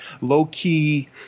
low-key